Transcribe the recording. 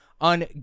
on